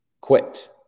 Quit